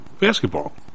basketball